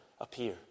appear